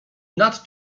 nad